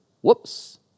whoops